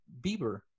Bieber